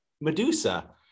Medusa